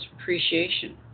appreciation